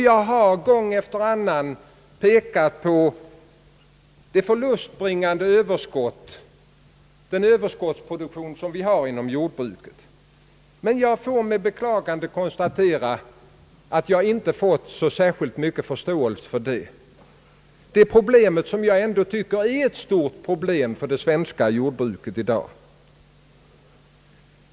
Jag har gång efter annan pekat på den förlustbringande överskottsproduktion, som förekommer inom jordbruket. Jag måste dock med beklagande konstatera att jag inte har vunnit så särskilt stor förståelse för mina påpekanden. Det är ett problem, som jag ändå tycker är ett stort problem för det svenska jordbruket i dag.